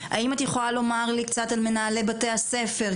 האם את יכולה לומר לי קצת על מנהלי בתי הספר,